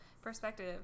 perspective